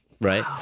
Right